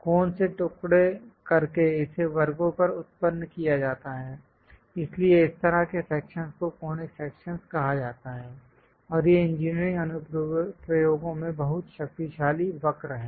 कोन से टुकड़े करके इसे वर्गों पर उत्पन्न किया जाता है इसलिए इस तरह के सेक्शंस को कॉनिक सेक्शंस कहा जाता है और ये इंजीनियरिंग अनुप्रयोगों में बहुत शक्तिशाली वक्र हैं